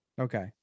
Okay